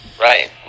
Right